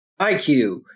IQ